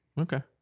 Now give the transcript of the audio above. Okay